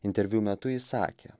interviu metu jis sakė